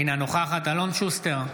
אינה נוכחת אלון שוסטר,